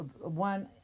one